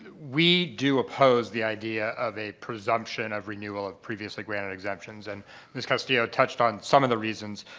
we do oppose the idea of a presumption of renewal of previously granted exemptions. and ms. castillo touched on some of the reasons.